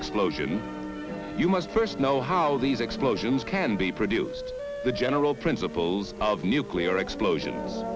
explosion you must first know how these explosions can be produced the general principles of nuclear explosion